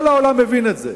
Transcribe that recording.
כל העולם מבין את זה.